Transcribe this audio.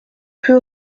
peu